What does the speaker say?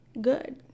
good